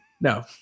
No